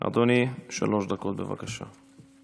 אדוני, שלוש דקות, בבקשה.